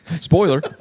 Spoiler